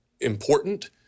important